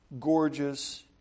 gorgeous